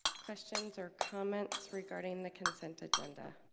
questions or comments regarding the consent agenda?